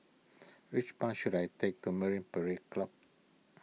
which bus should I take to Marine Parade Club